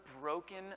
broken